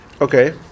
Okay